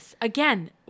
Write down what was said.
Again